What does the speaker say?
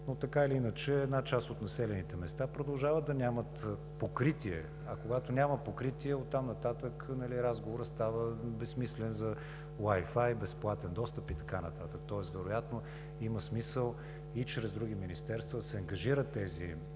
но, така или иначе, една част от населените места продължават да нямат покритие. А когато няма покритие – оттам нататък разговорът става безсмислен за Wi-Fi, безплатен достъп и така нататък. Тоест вероятно има смисъл и чрез други министерства да се ангажират тези